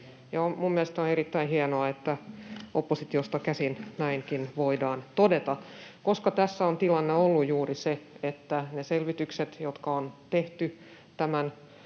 minun mielestäni on erittäin hienoa, että oppositiosta käsin näinkin voidaan todeta, koska tässä on tilanne ollut juuri se, että ne selvitykset, jotka on tehty tämän